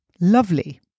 Lovely